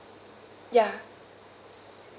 ya